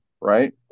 right